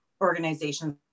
organizations